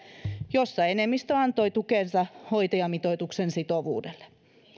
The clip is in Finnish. jossa enemmistö antoi tukensa hoitajamitoituksen sitovuudelle